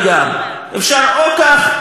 אפשר או כך או כך.